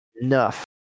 enough